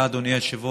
אתה, אדוני היושב-ראש,